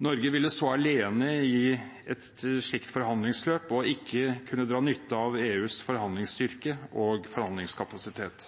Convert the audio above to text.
Norge ville stå alene i et slikt forhandlingsløp og ikke kunne dra nytte av EUs forhandlingsstyrke og forhandlingskapasitet.